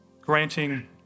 granting